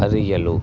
Ariyalur